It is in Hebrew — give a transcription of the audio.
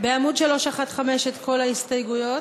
בעמוד 315, את כל ההסתייגות.